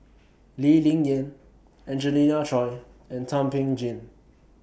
Lee Ling Yen Angelina Choy and Thum Ping Tjin